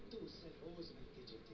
भावो सबके सामने हौ